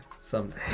someday